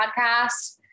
Podcast